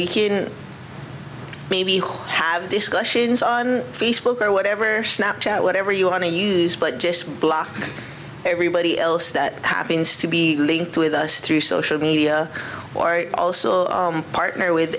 we can maybe who have discussions on facebook or whatever snapshot whatever you want to use but just block everybody else that happens to be linked with us through social media or also partner with